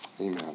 Amen